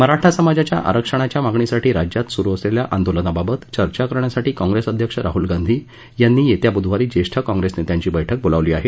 मराठा समाजाच्या आरक्षणाच्या मागणीसाठी राज्यात सुरू असलेल्या आंदोलनाबाबत चर्चा करण्यासाठी काँप्रेस अध्यक्ष राहल गांधी यांनी येत्या बुधवारी ज्येष्ठ काँप्रेस नेत्यांची बैठक बोलावली आहे